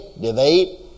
debate